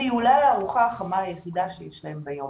והיא אולי הארוחה החמה היחידה שיש להם ביום.